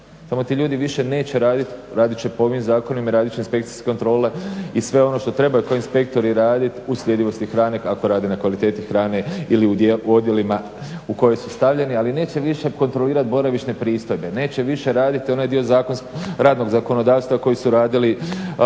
samo ti ljudi više neće radit, radit će po ovim zakonima i radit će inspekcijske kontrole i radit sve ono što trebaju ko inspektori radit u sljedivosti hrane kako rade na kvaliteti hrane ili u dijelu odjelima u koji su stavljeni ali neće više kontrolirati boravišne pristojbe, neće više raditi onaj dio radnog zakonodavstva koji su radili i koji